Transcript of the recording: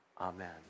Amen